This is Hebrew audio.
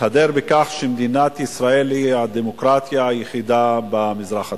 מתהדר בכך שמדינת ישראל היא הדמוקרטיה היחידה במזרח התיכון.